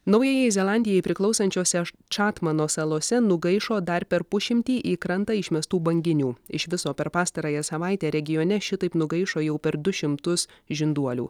naujajai zelandijai priklausančiose čatmano salose nugaišo dar per pusšimtį į krantą išmestų banginių iš viso per pastarąją savaitę regione šitaip nugaišo jau per du šimtus žinduolių